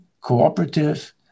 cooperative